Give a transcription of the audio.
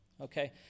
Okay